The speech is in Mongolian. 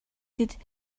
тэд